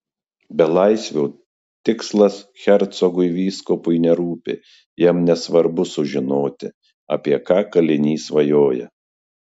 belaisvio tikslas hercogui vyskupui nerūpi jam nesvarbu sužinoti apie ką kalinys svajoja